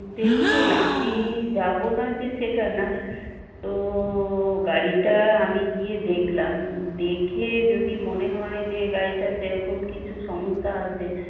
দেখুন আমি যাবো না যে সেটা না তো গাড়িটা আমি গিয়ে দেখলাম দেখে যদি মনে হয় যে গাড়িটার সেরকম কিছু সমস্যা আছে